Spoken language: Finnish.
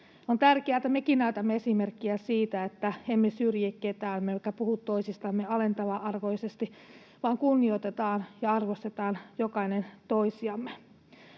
On tärkeää, että mekin näytämme esimerkkiä siitä, että emme syrji ketään emmekä puhu toisistamme alentava-arvoisesti vaan kunnioitamme ja arvostamme jokainen toisiamme.